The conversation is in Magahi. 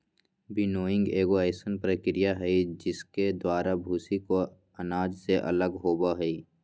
विनोइंग एगो अइसन प्रक्रिया हइ जिसके द्वारा भूसी को अनाज से अलग होबो हइ